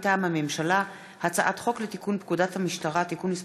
מטעם הממשלה: הצעת חוק לתיקון פקודת המשטרה (מס'